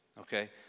Okay